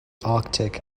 arctic